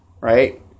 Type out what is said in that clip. right